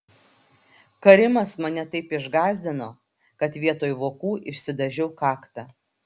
karimas mane taip išgąsdino kad vietoj vokų išsidažiau kaktą